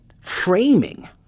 framing